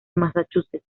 massachusetts